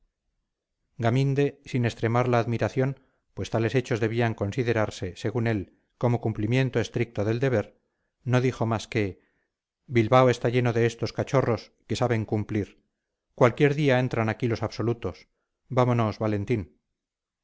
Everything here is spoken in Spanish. gaminde sin extremar la admiración pues tales hechos debían considerarse según él como cumplimiento estricto del deber no dijo más que bilbao está lleno de estos cachorros que saben cumplir cualquier día entran aquí los absolutos vámonos valentín